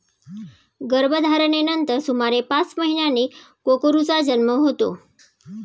गर्भधारणेनंतर सुमारे पाच महिन्यांनी कोकरूचा जन्म होतो